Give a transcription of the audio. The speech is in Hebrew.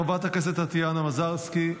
חברת הכנסת טטיאנה מזרסקי,